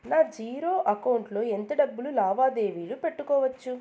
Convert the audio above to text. నా zero account లో ఎంత డబ్బులు లావాదేవీలు పెట్టుకోవచ్చు?